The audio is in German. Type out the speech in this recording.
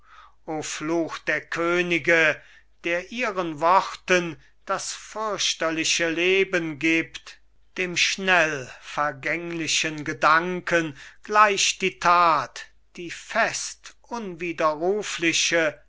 fluch der könige der ihren worten das fürchterliche leben gibt dem schnell vergänglichen gedanken gleich die tat die fest unwiderrufliche